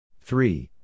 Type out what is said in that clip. Three